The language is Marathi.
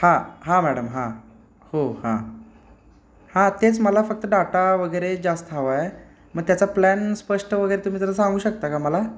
हां हां मॅडम हां हो हां हां तेच मला फक्त डाटा वगैरे जास्त हवं आहे मग त्याचा प्लॅन स्पष्ट वगैरे तुम्ही जर सांगू शकता का मला